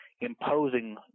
imposing